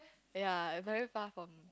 ya very far from